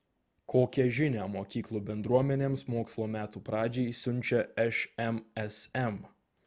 kokią žinią mokyklų bendruomenėms mokslo metų pradžiai siunčia šmsm